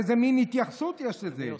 איזה מין התייחסות יש לזה?